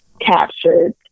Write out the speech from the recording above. captured